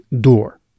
door